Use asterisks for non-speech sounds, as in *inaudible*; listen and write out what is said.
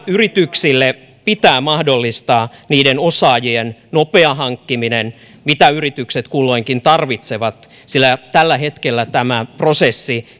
yrityksille pitää mahdollistaa niiden osaajien nopea hankkiminen mitä yritykset kulloinkin tarvitsevat sillä tällä hetkellä tämä prosessi *unintelligible*